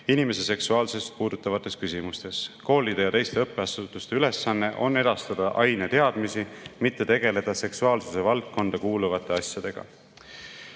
inimese seksuaalsust puudutavates küsimustes. Koolide ja teiste õppeasutuste ülesanne on edastada aineteadmisi, mitte tegeleda seksuaalsuse valdkonda kuuluvate asjadega. Eelnevat